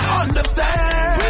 understand